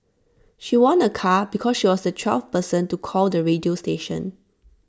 she won A car because she was the twelfth person to call the radio station